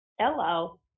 Hello